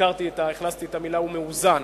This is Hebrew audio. הכנסתי את המלה "ומאוזן".